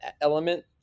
element